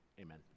Amen